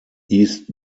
east